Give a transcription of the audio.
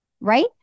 right